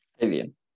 Alien